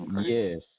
Yes